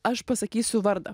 aš pasakysiu vardą